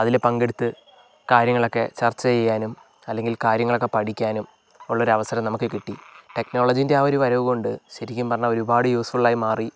അതിൽ പങ്കെടുത്ത് കാര്യങ്ങളൊക്കെ ചർച്ച ചെയ്യാനും അല്ലെങ്കിൽ കാര്യങ്ങളൊക്കെ പഠിക്കാനും ഉള്ളൊരവസരം നമുക്ക് കിട്ടി ടെക്നോളജീൻ്റെ ആ ഒരു വരവ് കൊണ്ട് ശരിക്കും പറഞ്ഞാൽ ഒരുപാട് യൂസ് ഫുൾ ആയി മാറി